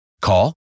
Call